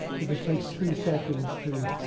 if it takes two seconds to